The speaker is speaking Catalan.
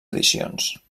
edicions